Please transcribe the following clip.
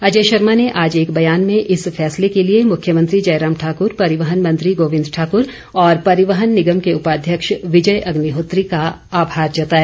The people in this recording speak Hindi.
अजय शर्मा ने आज एक बयान में इस फैसले के लिए मुख्यंत्री जयराम ठाकूर परिवहन मंत्री गोविंद ठाकुर और परिवहन निगम के उपाध्यक्ष विजय अग्निहोत्री का आभार जताया